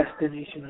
Destination